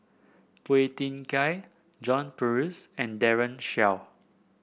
Phua Thin Kiay John Purvis and Daren Shiau